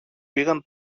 πήγαν